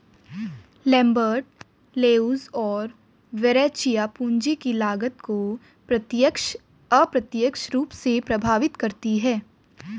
Lambert, Leuz और Verrecchia, पूंजी की लागत को प्रत्यक्ष, अप्रत्यक्ष रूप से प्रभावित करती है